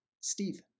Stephen